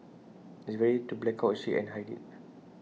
it's very easy to black out A ship and hide IT